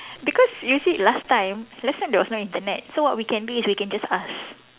because you see last time last time there was no Internet so what we can do is we can just ask